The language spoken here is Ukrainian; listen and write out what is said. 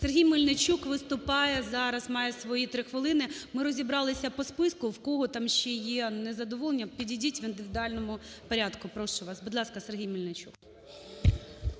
Сергій Мельничук виступає, зараз має свої 3 хвилини. Ми розібралися по списку, в кого там ще є незадоволення, підійдіть в індивідуальному порядку. Прошу вас. Будь ласка, Сергій Мельничук.